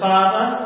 Father